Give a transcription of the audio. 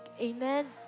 amen